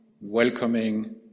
welcoming